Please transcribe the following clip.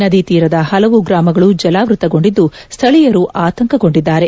ನದಿ ತೀರದ ಹಲವು ಗ್ರಾಮಗಳು ಜಲಾವೃತಗೊಂಡಿದ್ದು ಸ್ಥಳೀಯರು ಆತಂಕಗೊಂಡಿದ್ದಾರೆ